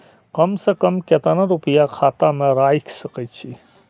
कम से कम केतना रूपया खाता में राइख सके छी?